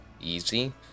easy